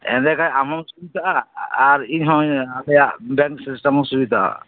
ᱮᱸᱰᱮ ᱠᱷᱟᱡ ᱟᱢ ᱦᱚᱸᱢ ᱥᱩᱵᱤᱛᱟᱜᱼᱟ ᱟᱨ ᱤᱧ ᱦᱚᱸ ᱟᱞᱮᱭᱟᱜ ᱵᱮᱝᱠ ᱥᱤᱥᱴᱮᱢ ᱦᱚᱸ ᱥᱩᱵᱤᱛᱟᱜᱼᱟ